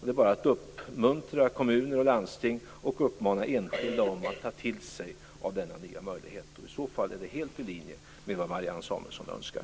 Det är bara att uppmuntra kommuner och landsting och uppmana enskilda att ta till sig av denna nya möjlighet. I så fall är det helt i linje med vad